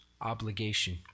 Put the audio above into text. obligation